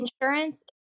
insurance